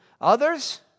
Others